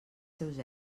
seus